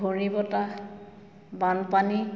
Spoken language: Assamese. ঘূৰ্ণিবতাহ বানপানী